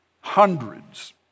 hundreds